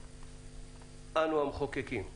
המחוקקים,